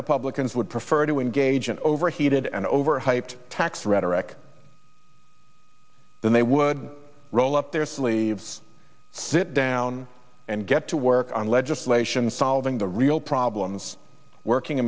republicans would prefer to engage in overheated and overhyped tax rhetoric than they would roll up their sleeves sit down and get to work on legislation solving the real problems working